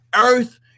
earth